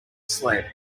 sled